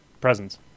presence